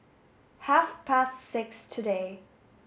half past six today